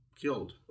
killed